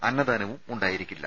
അന്നദാനവും ഉണ്ടായിരിക്കില്ല